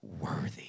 worthy